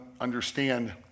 understand